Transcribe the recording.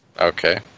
Okay